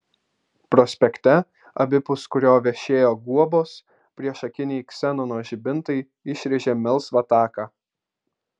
prospekte abipus kurio vešėjo guobos priešakiniai ksenono žibintai išrėžė melsvą taką